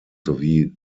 sowie